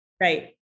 right